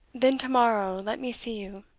then to-morrow let me see you.